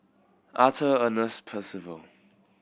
Arthur Ernest Percival